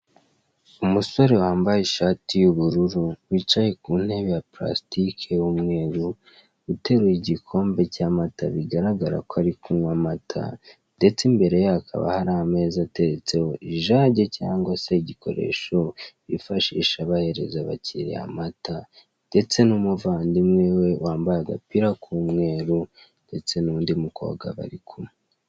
Umusore wambaye ishati y'ubururu wicaye ku ntebe ya parasitike y'umweru, uteruye igikombe cy'amata bigaragarako ari kunkwa amata, ndetse imbere ye hakaba hari ameza ateretseho ijage cyangwa se igikoresho bifashisha bahereza abakiriya amata ndetse n'umuvandimwe we wambaye agapira k'umweru ndetse nundi mukobwa bari kumwe.